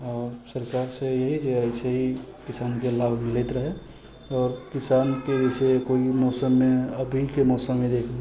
आओर सरकारसँ यहि जे एहिसे हि किसामके लाभ मिलैत रहै आओर किसानके जाहिसे कोइ मौसममे अभिके मौसममे देखु